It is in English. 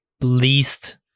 least